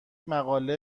مقاله